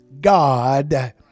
God